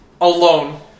Alone